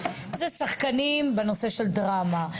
זה שחקנים בנושא של דרמה,